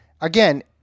again